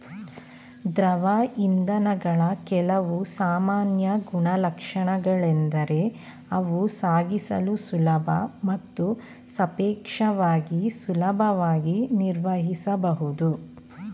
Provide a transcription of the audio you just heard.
ದ್ರವ ಇಂಧನಗಳ ಕೆಲವು ಸಾಮಾನ್ಯ ಗುಣಲಕ್ಷಣಗಳೆಂದರೆ ಅವು ಸಾಗಿಸಲು ಸುಲಭ ಮತ್ತು ಸಾಪೇಕ್ಷವಾಗಿ ಸುಲಭವಾಗಿ ನಿರ್ವಹಿಸಬಹುದು